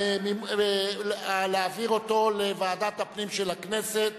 להעביר אותו לוועדת הפנים של הכנסת?